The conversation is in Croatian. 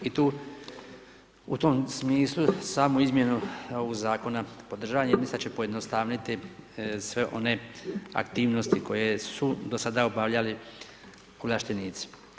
I tu, u tom smislu samu izmjenu ovu zakona podržavam jer mislim da će pojednostaviti sve one aktivnosti koje su do sada obavljali ovlaštenici.